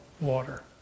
water